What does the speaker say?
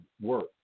work